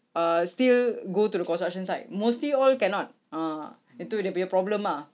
uh still go to the construction site mostly all cannot ah itu dia punya problem ah